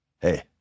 Hey